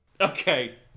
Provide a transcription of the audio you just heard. Okay